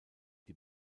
die